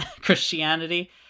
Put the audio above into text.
Christianity